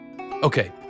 Okay